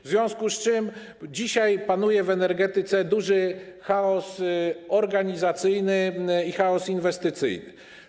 W związku z tym dzisiaj panuje w energetyce duży chaos organizacyjny i chaos inwestycyjny.